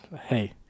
hey